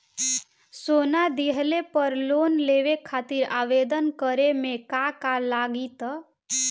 सोना दिहले पर लोन लेवे खातिर आवेदन करे म का का लगा तऽ?